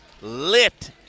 lit